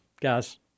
guys